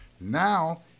Now